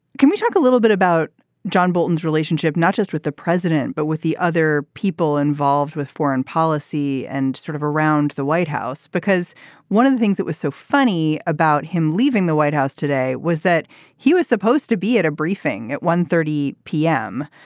can we talk a little bit about john bolton's relationship not just with the president but with the other people involved with foreign policy and sort of around the white house because one of the things that was so funny about him leaving the white house today was that he was supposed to be at a briefing at one hundred and thirty p m.